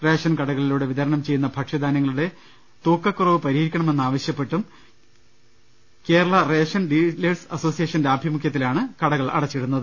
ration കടകളിലൂടെ വിതരണം ചെയ്യുന്ന ഭക്ഷ്യധാന്യങ്ങളുടെ തൂക്കക്കുറവ് പ്പരിഹരിക്കണമെന്നാവശ്യ പ്പെട്ട് കേരള റീട്ടെയിൽ റേഷൻ ഡീലേഴ്സ് അസോസിയേഷന്റെ ആഹ്വാനപ്രകാര മാണ് കടകൾ അടച്ചിടുന്നത്